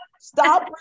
Stop